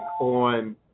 on